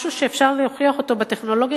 משהו שאפשר להוכיח אותו בטכנולוגיה,